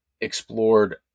explored